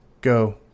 Go